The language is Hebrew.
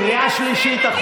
קריאה שנייה.